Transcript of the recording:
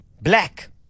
black